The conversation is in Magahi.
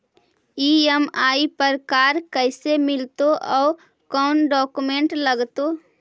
ई.एम.आई पर कार कैसे मिलतै औ कोन डाउकमेंट लगतै?